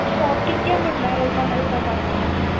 shop कितकें म्हणल्यार open आसता फर्मास